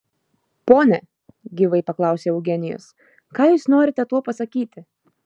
pone gyvai paklausė eugenijus ką jūs norite tuo pasakyti